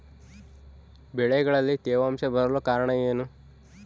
ಬೆಳೆಗಳಲ್ಲಿ ತೇವಾಂಶ ಬರಲು ಕಾರಣ ಏನು?